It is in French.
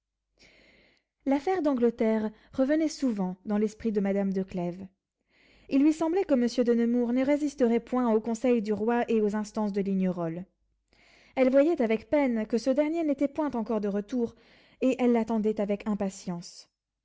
l'affaire d'angleterre revenait souvent dans l'esprit de madame de clèves il lui semblait que monsieur de nemours ne résisterait point aux conseils du roi et aux instances de lignerolles elle voyait avec peine que ce dernier n'était point encore de retour et elle l'attendait avec impatience